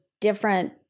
different